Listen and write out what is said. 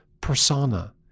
persona